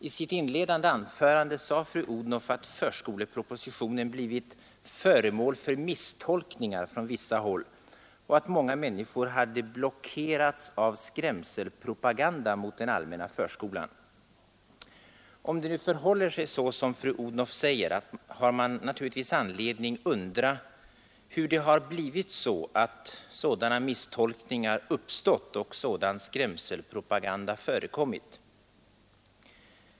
I sitt inledande anförande sade fru Odhnoff att förskolepropositionen blivit ”föremål för misstolkningar från vissa håll” och att många människor hade ”blockerats av skrämselpropaganda mot den allmänna förskolan”. Om det nu förhåller sig så som fru Odhnoff säger, har man naturligtvis anledning undra hur det har blivit så att sådana misstolkningar uppstått och sådan skrämselpropaganda förekommit.